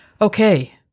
Okay